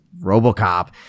Robocop